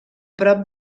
prop